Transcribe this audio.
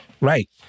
Right